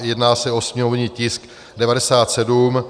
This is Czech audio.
Jedná se o sněmovní tisk 97.